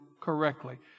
correctly